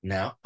Now